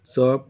chop